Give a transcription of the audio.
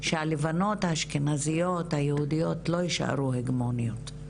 שהלבנות היהודיות האשכנזיות לא יישארו הגמוניות.